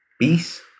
Peace